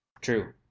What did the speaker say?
True